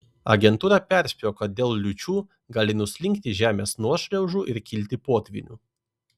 agentūra perspėjo kad dėl liūčių gali nuslinkti žemės nuošliaužų ir kilti potvynių